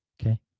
okay